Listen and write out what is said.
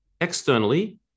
externally